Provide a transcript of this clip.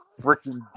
freaking